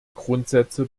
grundsätze